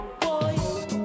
Boy